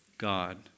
God